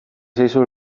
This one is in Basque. zaizu